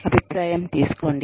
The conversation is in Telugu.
అభిప్రాయం తీసుకొండి